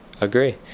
agree